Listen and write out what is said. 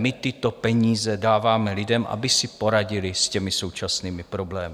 My tyto peníze dáváme lidem, aby si poradili s těmi současnými problémy.